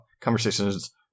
conversations